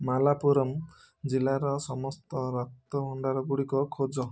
ମାଲାପୁରମ୍ ଜିଲ୍ଲାର ସମସ୍ତ ରକ୍ତଭଣ୍ଡାର ଗୁଡ଼ିକ ଖୋଜ